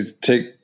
take